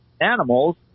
animals